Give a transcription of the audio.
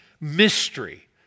mystery